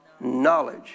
knowledge